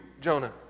Jonah